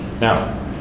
Now